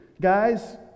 guys